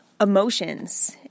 emotions